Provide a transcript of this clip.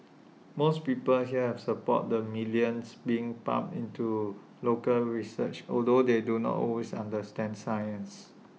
most people here are support the billions being pumped into local research although they do not always understand science